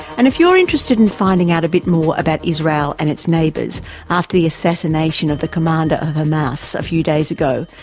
and if you're interested in finding out a bit more about israel and its neighbours after the assassination of the commander of hamas a few days ago,